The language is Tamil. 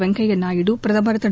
வெங்கப்யா நாயுடு பிரதமா் திரு